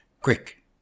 Quick